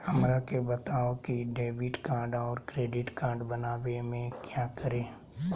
हमरा के बताओ की डेबिट कार्ड और क्रेडिट कार्ड बनवाने में क्या करें?